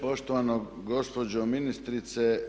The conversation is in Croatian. Poštovana gospođo ministrice!